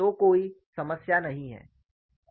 तो कोई समस्या नहीं है